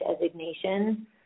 designation